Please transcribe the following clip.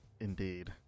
Indeed